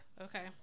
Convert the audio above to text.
Okay